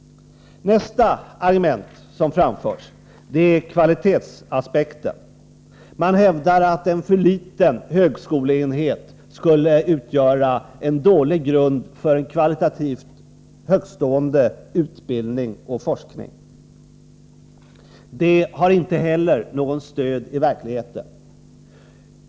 Nästa argument som framförs är kvalitetsaspekten. Man hävdar att en för liten högskoleenhet skulle utgöra en dålig grund för en kvalitativt högtstående utbildning och forskning. Detta har inte heller något stöd i verkligheten.